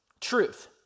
truth